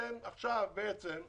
בעצם עכשיו